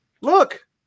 look